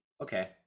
okay